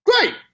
Great